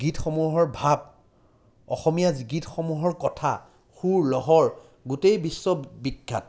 গীতসমূহৰ ভাৱ অসমীয়া গীতসমূহৰ কথা সুৰ লহৰ গোটেই বিশ্ব বিখ্যাত